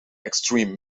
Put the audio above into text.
extreme